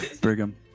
brigham